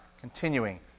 continuing